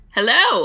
Hello